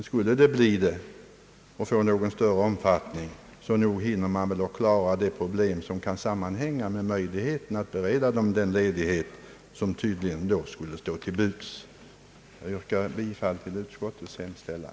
Skulle frågan bli aktuell hinner man väl klara de problem som sammanhänger med möjligheten att bereda folk den ledighet som tydligen då skulle stå till buds. Herr talman! Jag yrkar bifall till utskottets hemställan.